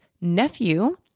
nephew